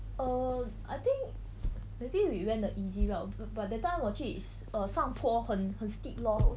err I think maybe we went the easy route but that time 我去 is err 上坡很很 steep lor